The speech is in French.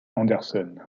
anderson